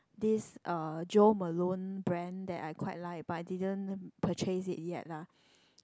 this uh Jo Malone brand that I quite like but I didn't purchase it yet lah